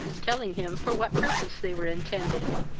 telling him for what purpose they were intended.